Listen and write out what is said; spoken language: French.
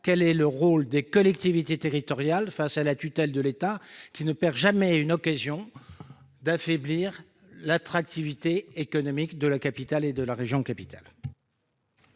clairement le rôle des collectivités territoriales face à la tutelle de l'État, qui ne perd jamais une occasion d'affaiblir l'attractivité économique de la capitale et de sa région.